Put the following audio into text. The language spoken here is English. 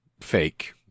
fake